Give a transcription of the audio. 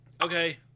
Okay